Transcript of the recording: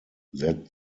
that